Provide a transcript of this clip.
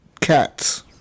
cats